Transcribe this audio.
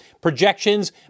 projections